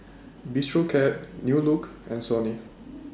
Bistro Cat New Look and Sony